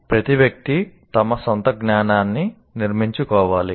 ప్రతి వ్యక్తి తన సొంత జ్ఞానాన్ని నిర్మించుకోవాలి